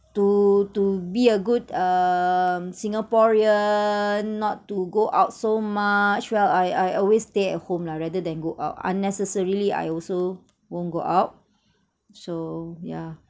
to to be a good um singaporean not to go out so much well I I always stay at home lah rather than go out unnecessarily I also won't go out so yeah